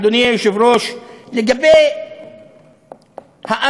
אדוני היושב-ראש, לגבי האמירה: